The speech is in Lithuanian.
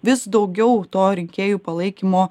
vis daugiau to rinkėjų palaikymo